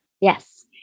Yes